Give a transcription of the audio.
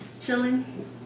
Chilling